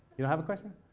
you know have a question.